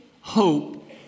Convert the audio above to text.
hope